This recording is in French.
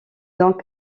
donc